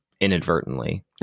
inadvertently